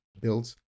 builds